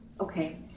Okay